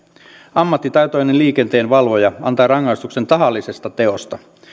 ammattitaitoinen liikenteenvalvoja antaa rangaistuksen tahallisesta teosta